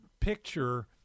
picture